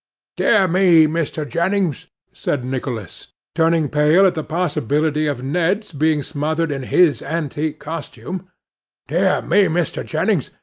dear me, mr. jennings said nicholas, turning pale at the possibility of ned's being smothered in his antique costume dear me, mr. jennings,